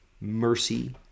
mercy